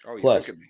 Plus